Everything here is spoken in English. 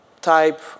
type